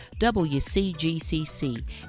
WCGCC